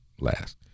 last